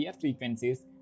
frequencies